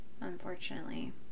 unfortunately